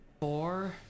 four